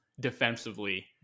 defensively